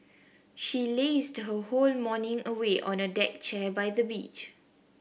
she lazed her whole morning away on a deck chair by the beach